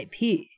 IP